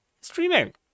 streaming